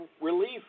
relief